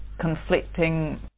conflicting